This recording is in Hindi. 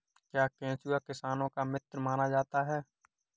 क्या केंचुआ किसानों का मित्र माना जाता है?